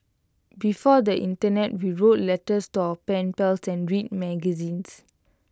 before the Internet we wrote letters to our pen pals and read magazines